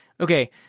okay